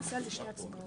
נעשה על זה שתי הצבעות.